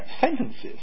sentences